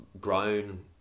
grown